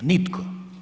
Nitko.